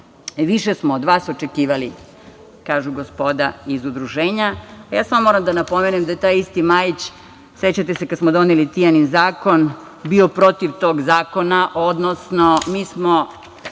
Više smo od vas očekivali. Sve to kažu gospoda iz Udruženja. Ja samo moram da napomenem da je taj isti Majić, sećate se kad smo doneli Tijanin zakon, bio protiv tog zakona, odnosno mi smo